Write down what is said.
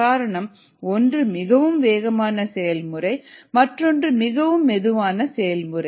காரணம் ஒன்று மிகவும் வேகமான செயல்முறை மற்றொன்று மிகவும் மெதுவான செயல்முறை